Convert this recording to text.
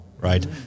right